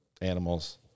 animals